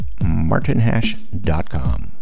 martinhash.com